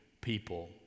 people